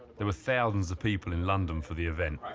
there were thousands of people in london for the event.